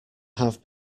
have